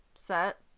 Set